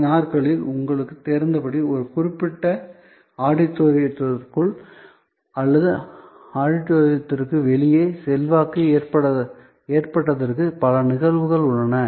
இந்த நாட்களில் உங்களுக்குத் தெரிந்தபடி ஒரு குறிப்பிட்ட சூழ்நிலையில் ஆடிட்டோரியத்திற்குள் அல்லது ஆடிட்டோரியத்திற்கு வெளியே செல்வாக்கு ஏற்பட்டதற்கு பல நிகழ்வுகள் உள்ளன